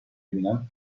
ببینم